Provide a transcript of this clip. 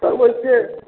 sir वइसे